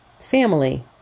family